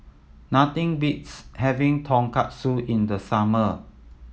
nothing beats having Tonkatsu in the summer